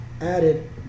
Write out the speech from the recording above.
added